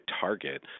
target